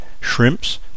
shrimps